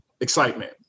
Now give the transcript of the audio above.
excitement